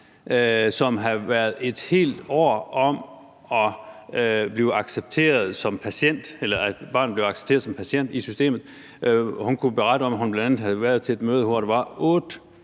som havde været et helt år om at få barnet accepteret som patient i systemet. Hun kunne berette om, at hun bl.a. havde været til et møde, hvor der havde